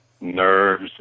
nerves